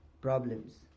problems